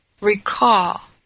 recall